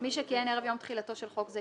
"(ד)מי שכיהן ערב יום תחילתו של חוק זה,